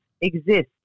exist